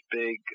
big